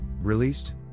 released